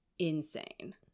insane